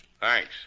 Thanks